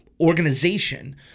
organization